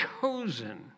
chosen